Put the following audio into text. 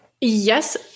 yes